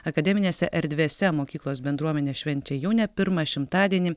akademinėse erdvėse mokyklos bendruomenė švenčia jau ne pirmą šimtadienį